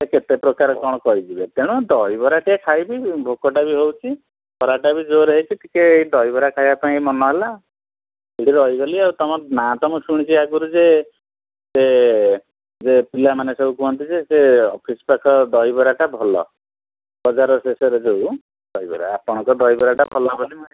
ଏ କେତେ ପ୍ରକାର କ'ଣ କହିଯିବେ ତେଣୁ ଦହିବରା ଟିକେ ଖାଇବି ଭୋକଟା ବି ହଉଛି ଖରାଟା ବି ଜୋରେ ହେଇଛି ଟିକେ ଦହିବରା ଟା ଖାଇବା ପାଇଁ ମନ ହେଲା ମୁଁ ରହିଗଲି ଆଉ ତମ ନାଁ ତ ମୁଁ ଶୁଣିଛି ଆଗରୁ ଯେ ଏ ଯେ ପିଲାମାନେ ସବୁ କୁହନ୍ତି ଯେ ଅଫିସ୍ ପାଖ ଦହିବରାଟା ଭଲ ବଜାର ଶେଷରେ ଯେଉଁ ଦହିବରା ଆପଣଙ୍କ ଦହିବରାଟା ଭଲ ବୋଲି ମୁଁ ଆଇଛି